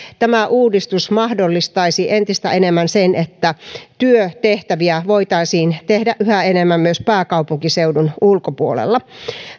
tämä uudistus mahdollistaisi entistä enemmän sen että työtehtäviä voitaisiin tehdä yhä enemmän myös pääkaupunkiseudun ulkopuolella